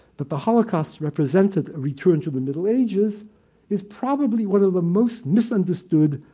that the holocaust represented a return to the middle ages is probably one of the most misunderstood